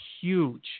huge